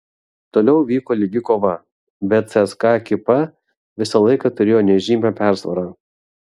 toliau vyko lygi kova bet cska ekipa visą laiką turėjo nežymią persvarą